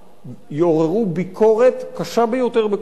יעוררו ביקורת קשה ביותר בכל מקום.